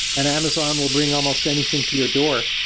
and amazon will bring almost anything to your door,